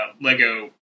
Lego